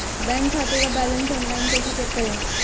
Bank खाते का balance online कैसे चेक करें?